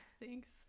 thanks